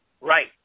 Right